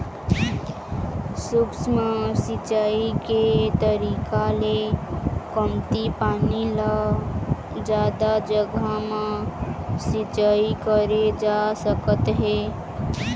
सूक्ष्म सिंचई के तरीका ले कमती पानी ल जादा जघा म सिंचई करे जा सकत हे